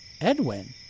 Edwin